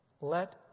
let